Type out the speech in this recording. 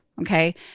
Okay